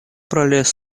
пролез